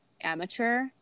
amateur